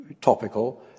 topical